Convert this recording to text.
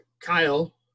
Kyle